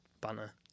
banner